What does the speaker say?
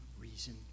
reason